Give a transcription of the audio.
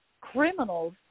criminals